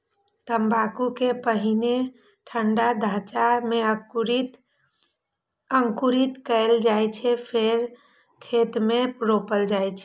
तंबाकू कें पहिने ठंढा ढांचा मे अंकुरित कैल जाइ छै, फेर खेत मे रोपल जाइ छै